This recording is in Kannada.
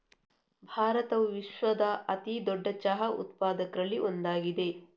ಭಾರತವು ವಿಶ್ವದ ಅತಿ ದೊಡ್ಡ ಚಹಾ ಉತ್ಪಾದಕರಲ್ಲಿ ಒಂದಾಗಿದೆ